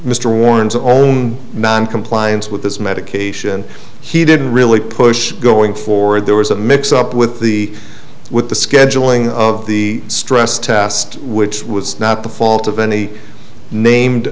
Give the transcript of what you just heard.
mr warren's own man compliance with this medication he didn't really push going forward there was a mix up with the with the scheduling of the stress test which was not the fault of any named